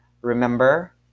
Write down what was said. remember